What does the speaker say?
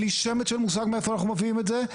אין לי שמץ של מושג מאיפה אנחנו מביאים את זה,